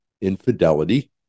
infidelity